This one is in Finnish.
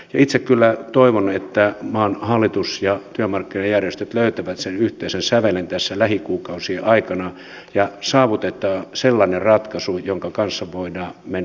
itse kyllä toivon että maan hallitus ja työmarkkinajärjestöt löytävät sen yhteisen sävelen tässä lähikuukausien aikana ja saavutetaan sellainen ratkaisu jonka kanssa voidaan mennä eteenpäin